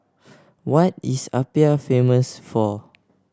what is Apia famous for